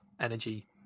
Energy